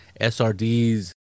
srds